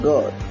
God